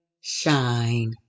shine